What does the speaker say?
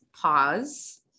pause